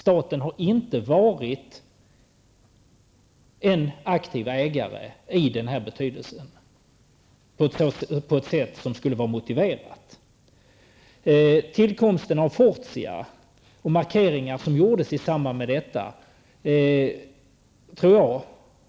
Staten har inte varit en aktiv ägare i denna betydelse, på det sätt som skulle vara motiverat. Jag tror att tillkomsten av Fortia och de markeringar som gjordes i samband med detta har en